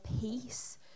peace